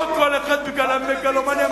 פה כל אחד, תעשה לי טובה.